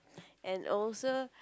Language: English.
and also